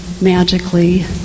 magically